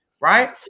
right